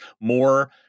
more